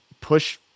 push